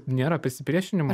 nėra pasipriešinimo